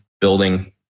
building